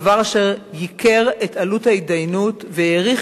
דבר אשר ייקר את עלות ההתדיינות והאריך